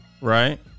right